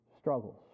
struggles